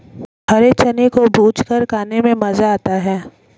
हरे चने को भूंजकर खाने में मज़ा आता है